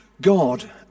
God